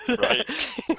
Right